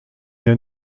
der